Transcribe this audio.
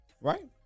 right